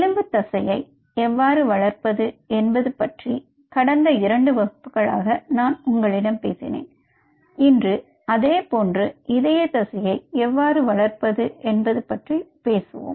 எலும்பு தசையை எவ்வாறு வளர்ப்பது என்பது பற்றி கடந்த இரண்டு வகுப்புகளாக நான் உங்களிடம் பேசினேன் இன்று அதே போன்று இதய தசையை எவ்வாறு வளர்ப்பது என்பது பற்றி பேசுவோம்